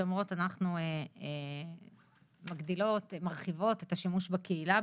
שאומרות "אנחנו מגדילות ומרחיבות את השימוש בקהילה"